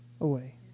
away